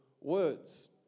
words